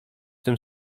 tym